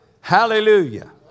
Hallelujah